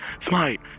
Smite